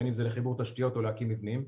בין אם זה לחיבור תשתיות או להקים מבנים.